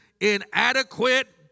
inadequate